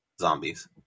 zombies